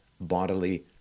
bodily